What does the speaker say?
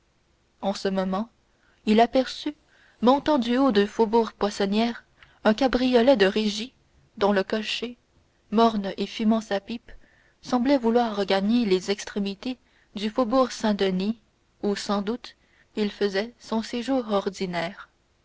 en ce moment il aperçut montant du haut du faubourg poissonnière un cabriolet de régie dont le cocher morne et fumant sa pipe semblait vouloir regagner les extrémités du faubourg saint-denis où sans doute il faisait son séjour ordinaire